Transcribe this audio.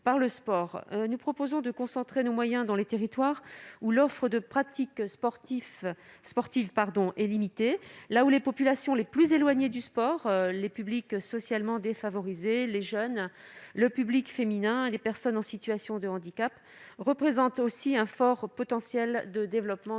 Nous proposons de concentrer nos moyens dans les territoires où l'offre de pratique sportive est limitée. Par ailleurs, les populations les plus éloignées du sport- les publics socialement défavorisés, les jeunes, les publics féminins, les personnes en situation de handicap -représentent aussi un fort potentiel de développement du sport.